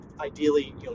ideally